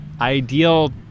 ideal